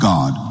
God